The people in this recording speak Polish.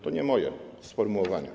To nie moje sformułowanie.